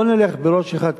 בוא נלך בראש אחד,